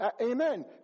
Amen